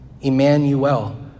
Emmanuel